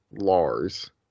Lars